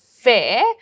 fair